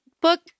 book